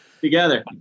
together